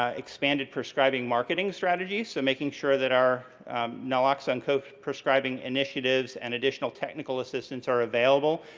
ah expanded prescribing marketing strategies. so, making sure that our naloxone kind of prescribing initiatives and additional technical assistance are available,